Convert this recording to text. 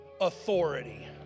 authority